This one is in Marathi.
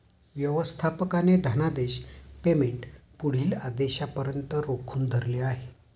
व्यवस्थापकाने धनादेश पेमेंट पुढील आदेशापर्यंत रोखून धरले आहे